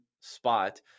spot